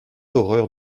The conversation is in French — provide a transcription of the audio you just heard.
horreur